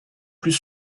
plus